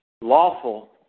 lawful